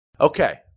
Okay